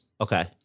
Okay